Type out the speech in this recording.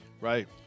right